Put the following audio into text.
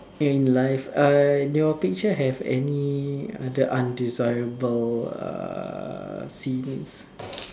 in life uh your picture have any other undesirable err scenes